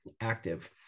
active